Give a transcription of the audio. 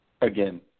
again